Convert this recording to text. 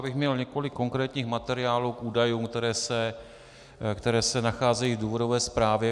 Já bych měl několik konkrétních materiálů k údajům, které se nacházejí v důvodové zprávě.